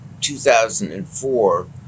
2004